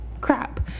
crap